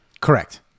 Correct